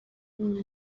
only